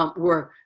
um were,